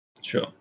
Sure